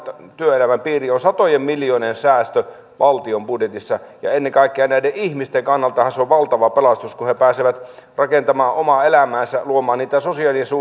työelämän piiriin on satojen miljoonien säästö valtion budjetissa ja ennen kaikkea näiden ihmisten kannaltahan se on valta pelastus kun he pääsevät rakentamaan omaa elämäänsä luomaan niitä